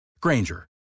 Granger